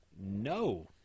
No